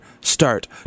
start